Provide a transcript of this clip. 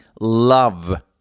love